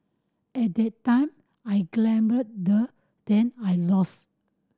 at the time I then I lost